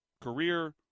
career